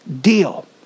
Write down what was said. deal